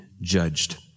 judged